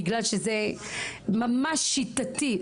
בגלל שזה ממש שיטתי,